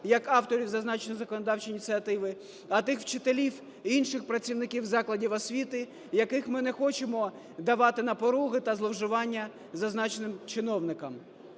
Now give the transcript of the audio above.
як авторів зазначеної законодавчої ініціативи, а тих вчителів і інших працівників закладів освіти, яких ми не хочемо давати на поруги та зловживання зазначеним чиновникам.